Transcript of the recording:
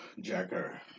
Jacker